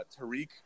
Tariq